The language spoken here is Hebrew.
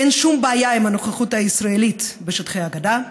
אין שום בעיה עם הנוכחות הישראלית בשטחי הגדה,